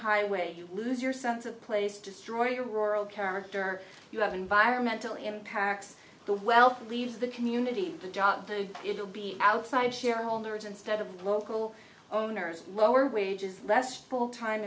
highway you lose your sense of place destroying your rural character you have environmental impacts the wealth leaves the community the job it'll be outside shareholders instead of local owners lower wages less full time